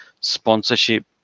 sponsorship